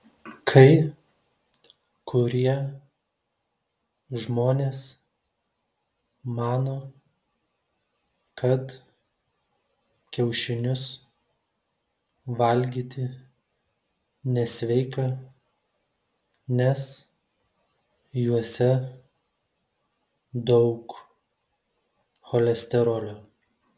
kai kurie žmonės mano kad kiaušinius valgyti nesveika nes juose daug cholesterolio